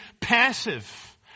passive